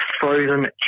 frozen